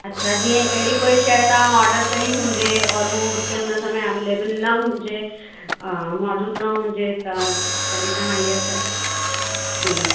अच्छा जीअं अहिड़ी कोई शइ तव्हां ऑडर कयी हुजे और हू हुते हुन समय अवेलेबल न हुजे मौजूदु न हुजे त कॾहिं तव्हां इहा शइ हम्म